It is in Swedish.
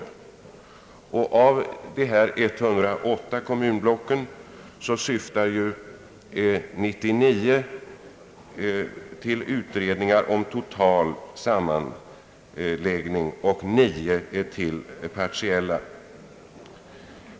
Av dessa syftar 99 utredningar till total sammanläggning och 9 till partiell.